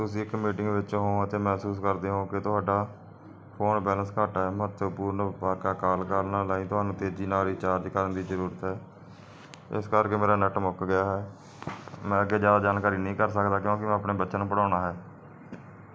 ਤੁਸੀਂ ਇੱਕ ਮੀਟਿੰਗ ਵਿੱਚ ਓ ਅਤੇ ਮਹਿਸੂਸ ਕਰਦੇ ਹੋ ਕਿ ਤੁਹਾਡਾ ਫੋਨ ਬੈਲੰਸ ਘੱਟ ਹੈ ਮਹੱਤਵਪੂਰਨ ਵਾਕ ਕਾਲ ਕਰਨ ਲਈ ਤੁਹਾਨੂੰ ਤੇਜ਼ੀ ਨਾਲ ਰੀਚਾਰਜ ਕਰਨ ਦੀ ਜਰੂਰਤ ਹੈ ਇਸ ਕਰਕੇ ਮੇਰਾ ਨੈੱਟ ਮੁੱਕ ਗਿਆ ਹੈ ਮੈਂ ਅੱਗੇ ਜਿਆਦਾ ਜਾਣਕਾਰੀ ਨਹੀਂ ਕਰ ਸਕਦਾ ਕਿਉਂਕਿ ਮੈਂ ਆਪਣੇ ਬੱਚਿਆਂ ਨੂੰ ਪੜਾਉਣਾ ਹੈ